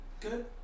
good